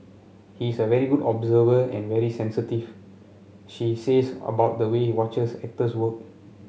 he is a very good observer and very sensitive she says about the way watches actors work